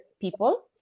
people